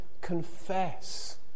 confess